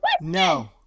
no